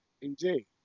Indeed